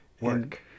work